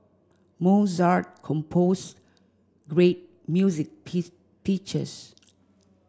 Mozart composed great music